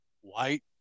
White